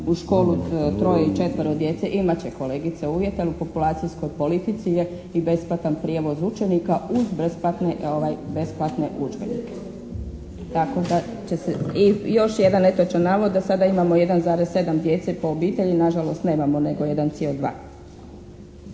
u školu troje i četvoro djece. Imat će kolegice uvjeta jer u populacijskoj politici je i besplatan prijevoz učenika uz besplatne udžbenike, tako da će se. I još jedan netočan navod da sada imamo 1,7 djece po obitelji. Na žalost nemamo, nego 1,2.